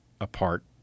apart